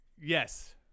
yes